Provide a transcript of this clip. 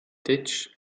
ditch